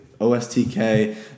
OSTK